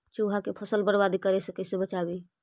चुहा के फसल बर्बाद करे से कैसे बचाबी?